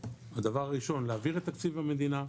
דבר ראשון להעביר את תקציב המדינה,